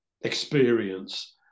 experience